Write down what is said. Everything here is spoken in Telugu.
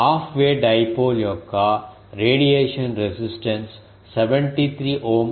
హాఫ్ వే డైపోల్ యొక్క రేడియేషన్ రెసిస్టెన్స్ 73 ఓం